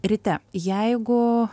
ryte jeigu